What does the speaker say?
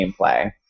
gameplay